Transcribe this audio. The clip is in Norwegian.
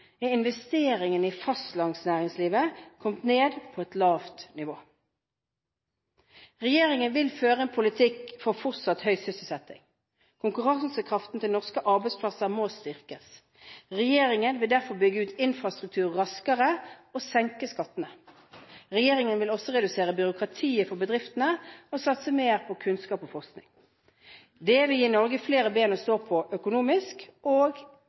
er investeringene i fastlandsnæringslivet kommet ned på et lavt nivå. Regjeringen vil føre en politikk for fortsatt høy sysselsetting. Konkurransekraften til norske arbeidsplasser må styrkes. Regjeringen vil derfor bygge ut infrastruktur raskere og senke skattene. Regjeringen vil også redusere byråkratiet for bedriftene og satse mer på kunnskap og forskning. Det vil gi Norge flere ben å stå på økonomisk, og